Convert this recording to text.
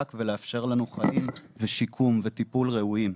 ולאפשר לנו חיים ושיקום וטיפול ראויים.